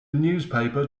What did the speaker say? newspaper